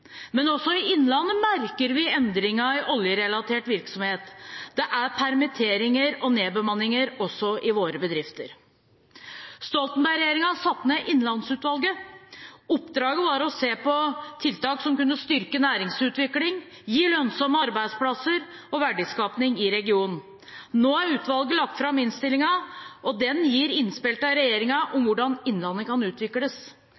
Men også i innlandet merker vi endringen i oljerelatert virksomhet. Det er permitteringer og nedbemanninger også i våre bedrifter. Stoltenberg-regjeringen satte ned Innlandsutvalget. Oppdraget var å se på tiltak som kunne styrke næringsutvikling, gi lønnsomme arbeidsplasser og verdiskaping i regionen. Nå har utvalget lagt fram innstillingen, og den gir innspill til regjeringen om hvordan innlandet kan utvikles.